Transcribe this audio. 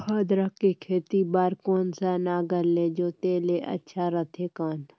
अदरक के खेती बार कोन सा नागर ले जोते ले अच्छा रथे कौन?